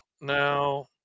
now